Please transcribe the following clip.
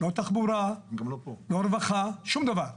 לא תחבורה, לא רווחה, שום דבר.